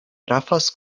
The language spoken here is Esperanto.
trafas